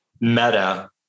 Meta